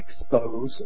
expose